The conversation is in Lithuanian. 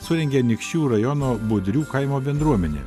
surengė anykščių rajono budrių kaimo bendruomenė